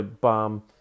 bomb